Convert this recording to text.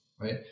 right